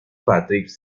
patrick